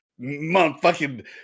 motherfucking